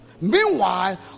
Meanwhile